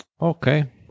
okay